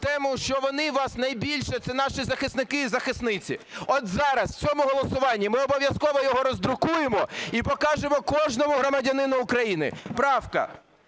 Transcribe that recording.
тому, що вони вас найбільше… Це наші захисники і захисниці. От зараз у цьому голосуванні ми обов'язково його роздрукуємо і покажемо кожному громадянину України. Правка: